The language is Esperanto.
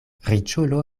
riĉulo